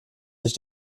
sich